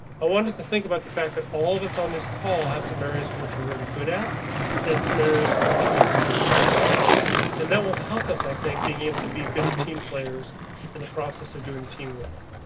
i want us to think about the fact that all of us on this call have some areas which are really good at and some areas for which we could use some assistance and that will help us. i think being able to be better team players in the process of doing the teamwork.